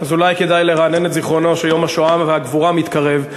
אז אולי כדאי לרענן את זיכרונו שיום השואה והגבורה מתקרב.